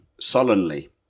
Sullenly